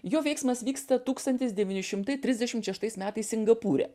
jo veiksmas vyksta tūkstantis devyni šimtai trisdešimt šeštais metais singapūre